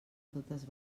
totes